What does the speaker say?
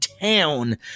town